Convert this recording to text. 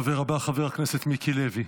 הדובר הבא, חבר הכנסת מיקי לוי.